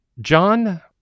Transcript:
John